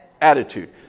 Attitude